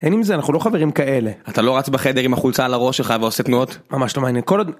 אין עם זה, אנחנו לא חברים כאלה. אתה לא רץ בחדר עם החולצה על הראש שלך ועושה תנועות? ממש לא מעניין, כל עוד...